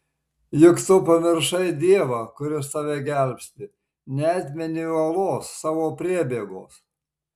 juk tu pamiršai dievą kuris tave gelbsti neatmeni uolos savo priebėgos